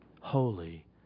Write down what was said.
holy